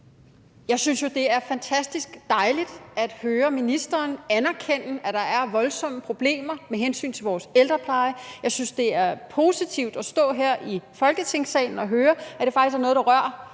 Jeg synes jo, det er fantastisk dejligt at høre ministeren anerkende, at der er voldsomme problemer med hensyn til vores ældrepleje. Jeg synes, det er positivt at stå her i Folketingssalen og høre, at det faktisk er noget, der rører